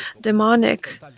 demonic